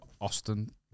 Austin